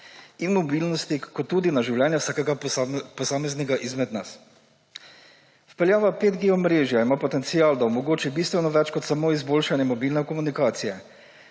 in mobilnosti kakor tudi na življenje vsakega posameznika izmed nas. Vpeljava 5G omrežja ima potencial, da omogoči bistveno več kot samo izboljšanje mobilne komunikacije.